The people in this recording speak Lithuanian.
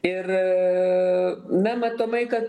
ir na matomai kad